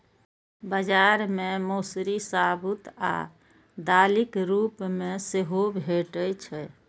बाजार मे मौसरी साबूत आ दालिक रूप मे सेहो भैटे छै